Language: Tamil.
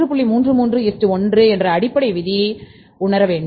33 1 அடிப்படை விதி என்பதை உணர வேண்டும்